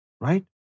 right